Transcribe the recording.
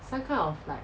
some kind of like